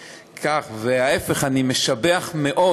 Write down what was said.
ההפך, אני משבח מאוד